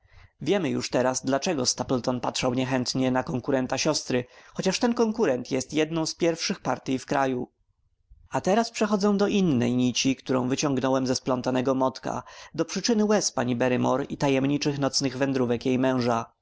wiemy już teraz dlaczego stapleton patrzał niechętnie na konkurenta siostry chociaż ten konkurent jest jedną z pierwszych partyj w kraju a teraz przechodzę do innej nici którą wyciągnąłem ze splątanego motka do przyczyny łez pani barrymore i tajemniczych nocnych wędrówek jej męża